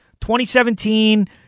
2017